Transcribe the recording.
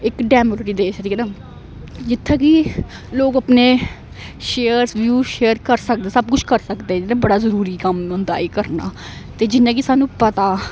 इकक्क democratic देश च ना जित्थै कि लोक अपने शेयर व्यूज शेयर करी सकदे सब कुछ करी सकदे बड़ा जरूरी कम्म होंदा एह् करना ते जिना कि सानू पता